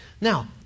Now